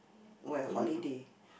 oh ya holiday